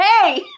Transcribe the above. Hey